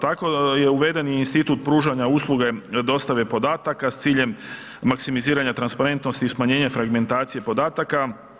Tako je uveden i institut pružanja usluge dostave podataka s ciljem maksimiziranja transparentnosti i smanjenje fragmentacije podataka.